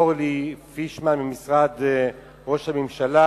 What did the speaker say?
לאורלי פישמן ממשרד ראש הממשלה,